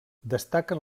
destaquen